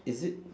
is it